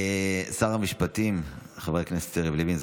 שר המשפטים חבר הכנסת יריב לוין,